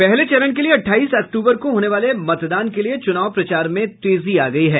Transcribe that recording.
पहले चरण के लिए अट्ठाईस अक्टूबर को होने वाले मतदान के लिए चुनाव प्रचार में तेजी आ गयी है